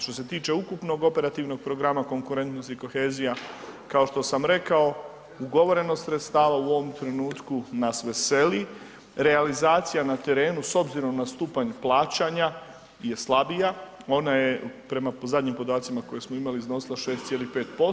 Što se tiče ukupnog operativnog programa konkurentnosti i kohezija, kao što sam rekao, ugovoreno sredstava u ovom trenutku nas veseli, realizacija na terenu s obzirom na stupanj plaćanja je slabija, ona je prema zadnjim podacima koje smo imali iznosila 6.5%